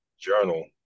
journal